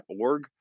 org